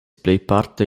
plejparte